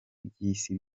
by’isi